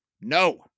No